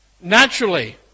naturally